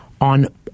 on